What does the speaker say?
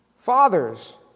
Fathers